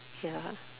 ya